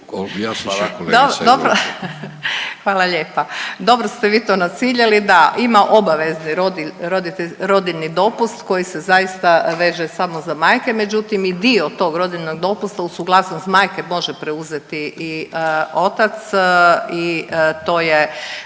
hvala lijepa. Dobro ste vi to naciljali, da ima obavezni rodiljni dopust koji se zaista veže samo za majke, međutim i dio tog rodiljnog dopusta uz suglasnost majke može preuzeti i otac i to je,